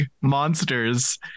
monsters